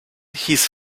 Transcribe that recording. his